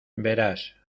verás